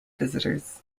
visitors